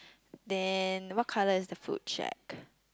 then what colour is the fruit shake